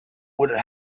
would